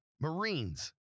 Marines